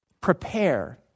prepare